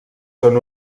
són